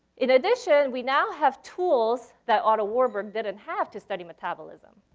in addition, we now have tools that otto warburg didn't have to study metabolism.